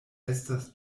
estas